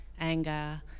anger